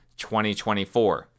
2024